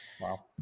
Wow